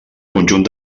conjunt